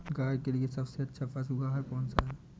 गाय के लिए सबसे अच्छा पशु आहार कौन सा है?